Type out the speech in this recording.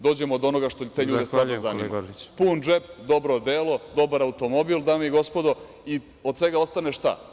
Dođemo do onoga što te ljude stvarno zanima, pun džep, dobro odelo, dobar automobil, dame i gospodo, i od svega ostane šta?